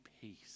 peace